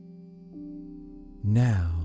Now